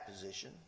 position